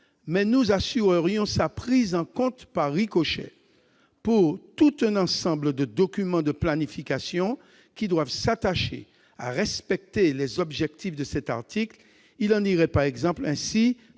mais nous assurerions sa prise en compte, par ricochet, par un ensemble de documents de planification qui doivent s'attacher à respecter les objectifs de cet article. Il en irait ainsi